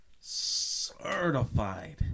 certified